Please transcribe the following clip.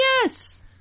Yes